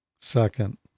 second